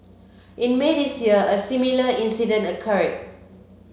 in May this year a similar incident occurred